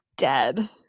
dead